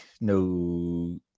no